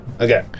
Okay